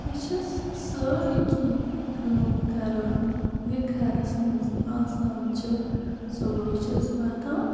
بہٕ چھَس سٲری کینٛہہ کٲم کَران یہِ گَرَس مَنٛز آسان چھ صُبحٲے چھَس وۄتھان